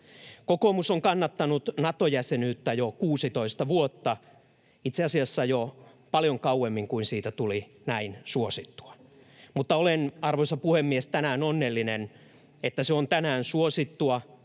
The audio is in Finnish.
Kokoomus on kannattanut Nato-jäsenyyttä jo 16 vuotta, itse asiassa jo paljon kauemmin kuin siitä tuli näin suosittua. Mutta olen, arvoisa puhemies, tänään onnellinen, että se on tänään suosittua